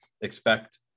expect